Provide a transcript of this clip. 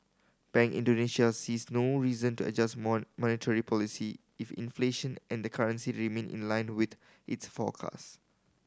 Bank Indonesia sees no reason to adjust monetary policy if inflation and the currency remain in lined with its forecast